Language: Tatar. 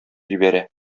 җибәрә